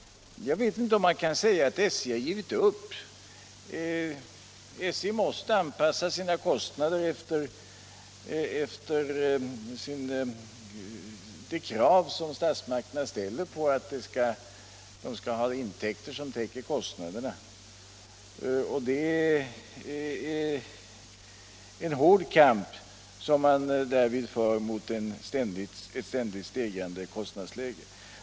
Jag vet inte om det är rätt att säga att SJ har givit upp. SJ måste anpassa sina kostnader efter de krav som statsmakterna ställer på att man skall ha intäkter som täcker kostnaderna, och man för därvid en hård kamp mot ett ständigt stigande kostnadsläge.